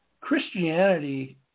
Christianity